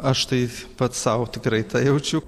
aš tai pats sau tikrai tą jaučiu